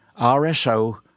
RSO